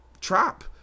trap